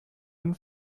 den